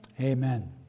amen